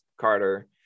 Carter